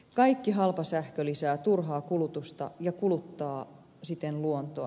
kaikki halpa sähkö lisää turhaa kulutusta ja kuluttaa siten luontoa